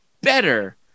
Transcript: better